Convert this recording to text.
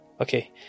okay